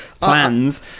plans